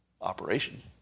operation